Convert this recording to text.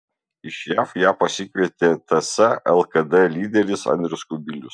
iš jav ją pasikvietė ts lkd lyderis andrius kubilius